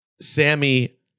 Sammy